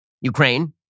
Ukraine